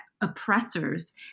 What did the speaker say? oppressors